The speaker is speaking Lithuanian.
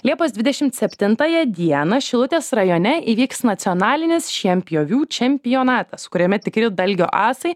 liepos dvidešim septintąją dieną šilutės rajone įvyks nacionalinis šienpjovių čempionatas kuriame tikri dalgio asai